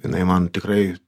jinai man tikrai